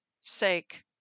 sake